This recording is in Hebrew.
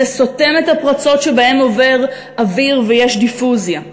זה סותם את הפרצות שבהן עובר אוויר ויש דיפוזיה.